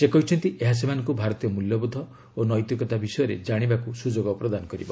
ସେ କହିଛନ୍ତି ଏହା ସେମାନଙ୍କୁ ଭାରତୀୟ ମୂଲ୍ୟବୋଧ ଓ ନୈତିକତା ବିଷୟରେ ଜାଣିବାକୁ ସୁଯୋଗ ପ୍ରଦାନ କରିବ